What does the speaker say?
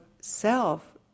self